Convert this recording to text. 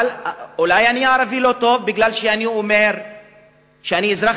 אולי אני ערבי לא טוב כי אני אומר שאני אזרח